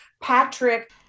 Patrick